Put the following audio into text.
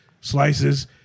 slices